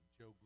Joe